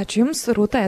ačiū jums rūta